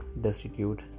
destitute